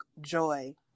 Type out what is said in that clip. joy